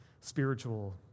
spiritual